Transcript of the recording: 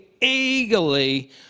eagerly